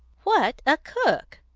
what a cook!